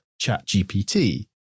ChatGPT